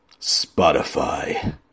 Spotify